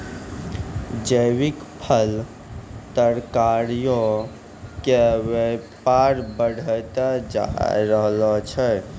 जैविक फल, तरकारीयो के व्यापार बढ़तै जाय रहलो छै